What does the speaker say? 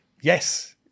Yes